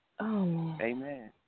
Amen